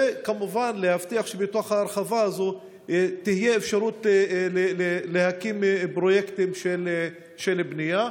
וכמובן להבטיח שבתוך ההרחבה הזאת תהיה אפשרות להקים פרויקטים של בנייה.